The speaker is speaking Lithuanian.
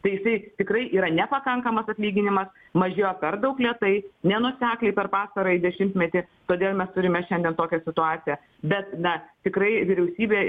tai jisai tikrai yra nepakankamas atlyginimas mažėjo per daug lėtai nenuosekliai per pastarąjį dešimtmetį todėl mes turime šiandien tokią situaciją bet na tikrai vyriausybė